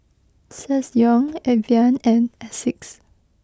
Ssangyong Evian and Asics